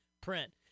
print